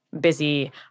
busy